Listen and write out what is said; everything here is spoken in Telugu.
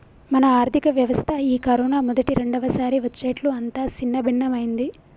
మన ఆర్థిక వ్యవస్థ ఈ కరోనా మొదటి రెండవసారి వచ్చేట్లు అంతా సిన్నభిన్నమైంది